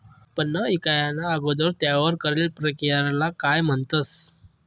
उत्पन्न ईकाना अगोदर त्यावर करेल परकिरयाले काय म्हणतंस?